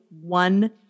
one